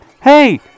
Hey